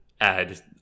add